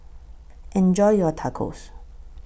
Enjoy your Tacos